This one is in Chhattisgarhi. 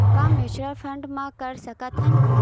का म्यूच्यूअल फंड म कर सकत हन?